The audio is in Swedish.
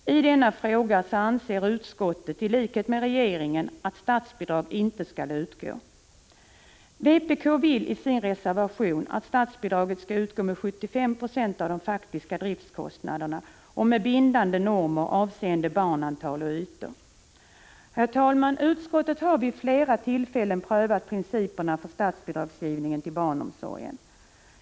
I denna fråga anser utskottet i likhet med regeringen att statsbidrag inte skall utgå. Vpk kräver i sin reservation att statsbidraget skall utgå med 75 96 av de . faktiska driftskostnaderna och med bindande normer avseende barnantal och ytor. Herr talman! Utskottet har vid flera tillfällen prövat principerna för statsbidragsgivningen till barnomsorgen.